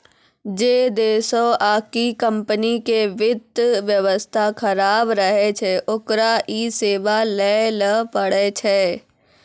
जै देशो आकि कम्पनी के वित्त व्यवस्था खराब रहै छै ओकरा इ सेबा लैये ल पड़ै छै